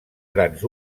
grans